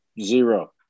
zero